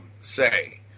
say